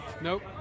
nope